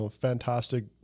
fantastic